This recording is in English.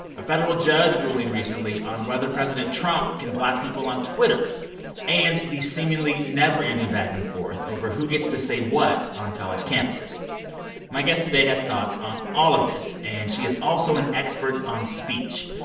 a federal judge ruling recently on whether president trump can block people on twitter and the seemingly never-ending back and forth over who gets to say what on college campuses my guest today has thoughts on all of this, and she is also an expert on speech.